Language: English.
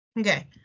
Okay